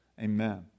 Amen